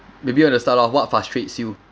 maybe want to start off what frustrates you